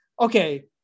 okay